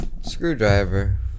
Screwdriver